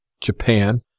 Japan